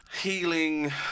healing